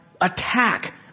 attack